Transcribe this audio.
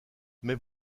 mais